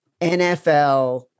NFL